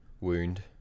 wound